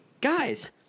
Guys